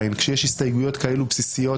כשיש הסתייגויות כאלה בסיסיות,